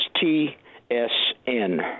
T-S-N